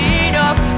enough